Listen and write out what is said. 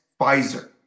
Pfizer